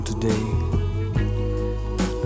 today